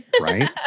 right